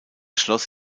schloss